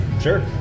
Sure